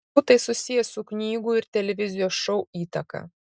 galbūt tai susiję su knygų ir televizijos šou įtaka